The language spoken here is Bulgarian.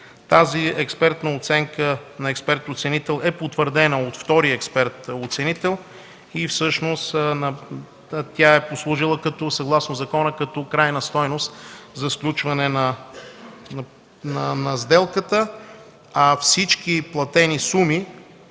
Тази оценка на експерт оценителя е потвърдена от втори експерт оценител и всъщност тя е послужила, съгласно закона, като крайна стойност за сключване на сделката. Всички платени суми